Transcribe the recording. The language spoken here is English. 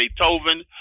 Beethoven